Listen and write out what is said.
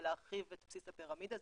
אבל להרחיב את בסיס הפירמידה.